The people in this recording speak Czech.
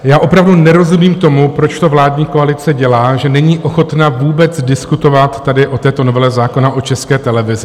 Já opravdu nerozumím tomu, proč to vládní koalice dělá, že není ochotna vůbec diskutovat tady o této novele zákona o České televizi.